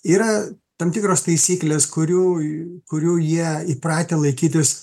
yra tam tikros taisyklės kurių kurių jie įpratę laikytis